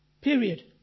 Period